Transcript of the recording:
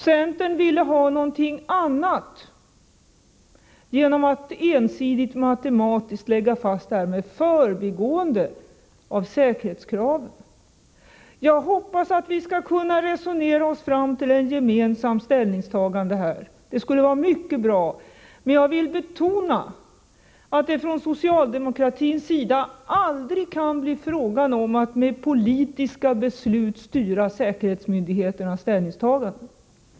Centern ville ha något annat genom att ensidigt matematiskt lägga fast det här, med förbigående av säkerhetskraven. Jag hoppas att vi skall kunna resonera oss fram till ett gemensamt ställningstagande. Det skulle vara mycket bra. Jag vill betona att det från socialdemokratins sida anses aldrig kunna bli fråga om att med politiska beslut styra säkerhetsmyndigheternas ställningstaganden.